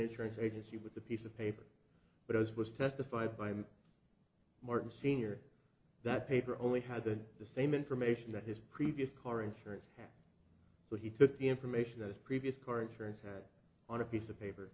insurance agency with a piece of paper but it was testified by martin sr that paper only had the same information that his previous car insurance but he took the information that previous car insurance had on a piece of paper